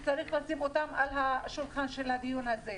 שצריך לשים אותם על השולחן של הדיון הזה.